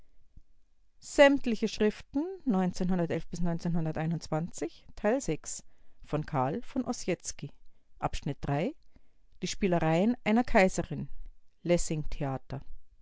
die spielereien einer kaiserin lessing-theater